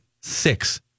six